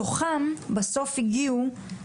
מתוכם בסוף הגיעו